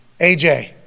AJ